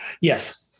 Yes